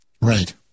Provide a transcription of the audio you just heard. right